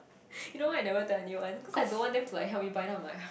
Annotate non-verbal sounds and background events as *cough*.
*breath* you know why I never tell anyone cause I don't want them to like help me buy then I'm like !huh!